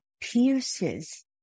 pierces